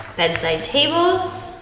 bedside tables.